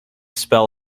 spell